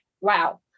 Wow